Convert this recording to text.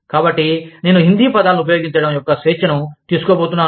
కాబట్టి నేను హిందీ పదాలను ఉపయోగించడం యొక్క స్వేచ్ఛను తీసుకోబోతున్నాను